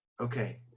Okay